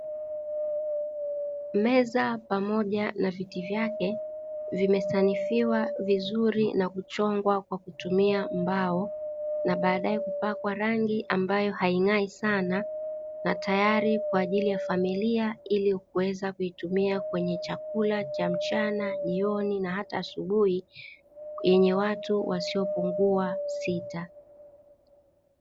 Meza pamoja na viti vyake vimesanifiwa vizuri na kuchongwa kwa kutumia mbao, na baadaye kupakwa rangi ambayo haing'ai sana na tayari kwa ajili ya familia ili kuweza kuitumia kwenye chakula cha mchana, jioni na hata asubuhi yenye watu wasiopungua sita.